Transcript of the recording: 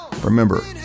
Remember